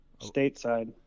stateside